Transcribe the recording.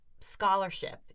scholarship